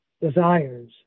desires